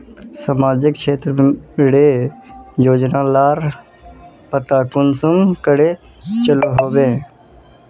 सामाजिक क्षेत्र रेर योजना लार पता कुंसम करे चलो होबे?